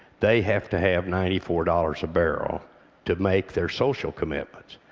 they have to have ninety four dollars a barrel to make their social commitments.